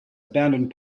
abandoned